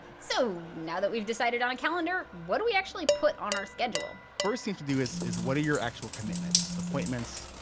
so, now that we've decided on a calendar, what do we actually put on our schedule? first thing to do is is what are your actual commitments appointments,